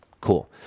Cool